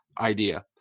idea